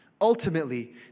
ultimately